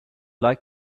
like